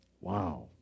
Wow